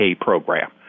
program